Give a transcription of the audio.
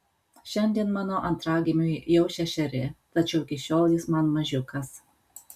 šiandien mano antragimiui jau šešeri tačiau iki šiol jis man mažiukas